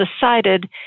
decided